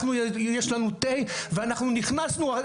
יש לנו תה ואנחנו נכנסנו,